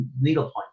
needlepoint